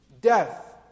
death